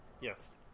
Yes